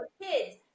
kids